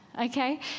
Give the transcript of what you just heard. okay